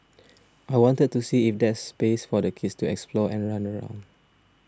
I wanted to see if there's space for the kids to explore and run around